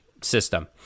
system